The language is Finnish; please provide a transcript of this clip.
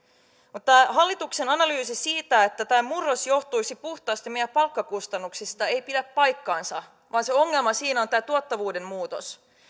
mutta tämä hallituksen analyysi siitä että tämä murros johtuisi puhtaasti meidän palkkakustannuksistamme ei pidä paikkaansa vaan se ongelma siinä on tämä tuottavuuden muutos